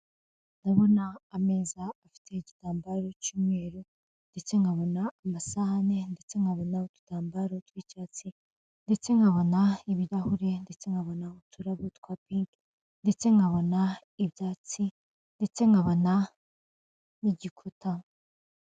Ndabona ameza afite igitambaro cy'umweru, ndetse nkabona amasahane, ndetse nkabona udutambaro tw'icyatsi, ndetse nkabona ibirahure, ndetse nkabona uturabo twa pinki, ndetse nkabona ibyatsi, ndetse nkabona n'igikuta.